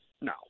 no